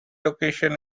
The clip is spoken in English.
location